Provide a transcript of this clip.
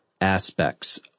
aspects